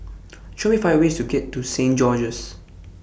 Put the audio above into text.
Show Me five ways to get to Saint George's